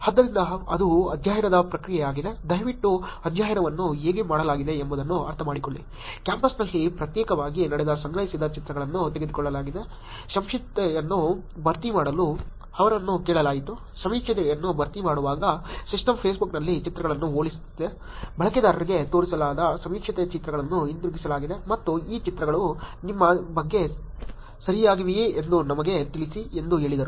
ಆದ್ದರಿಂದ ಅದು ಅಧ್ಯಯನದ ಪ್ರಕ್ರಿಯೆಯಾಗಿದೆ ದಯವಿಟ್ಟು ಅಧ್ಯಯನವನ್ನು ಹೇಗೆ ಮಾಡಲಾಗಿದೆ ಎಂಬುದನ್ನು ಅರ್ಥಮಾಡಿಕೊಳ್ಳಿ ಕ್ಯಾಂಪಸ್ನಲ್ಲಿ ಪ್ರತ್ಯೇಕವಾಗಿ ನಡೆದು ಸಂಗ್ರಹಿಸಿದ ಚಿತ್ರಗಳನ್ನು ತೆಗೆದುಕೊಳ್ಳಲಾಗಿದೆ ಸಮೀಕ್ಷೆಯನ್ನು ಭರ್ತಿ ಮಾಡಲು ಅವರನ್ನು ಕೇಳಲಾಯಿತು ಸಮೀಕ್ಷೆಯನ್ನು ಭರ್ತಿ ಮಾಡುವಾಗ ಸಿಸ್ಟಮ್ ಫೇಸ್ಬುಕ್ನಲ್ಲಿ ಚಿತ್ರಗಳನ್ನು ಹೋಲಿಸುತ್ತಿದೆ ಬಳಕೆದಾರರಿಗೆ ತೋರಿಸಲಾದ ಸಮೀಕ್ಷೆಗೆ ಚಿತ್ರಗಳನ್ನು ಹಿಂತಿರುಗಿಸಲಾಗಿದೆ ಮತ್ತು ಈ ಚಿತ್ರಗಳು ನಿಮ್ಮ ಬಗ್ಗೆ ಸರಿಯಾಗಿವೆಯೇ ಎಂದು ನಮಗೆ ತಿಳಿಸಿ ಎಂದು ಹೇಳಿದರು